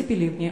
ציפי לבני,